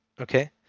Okay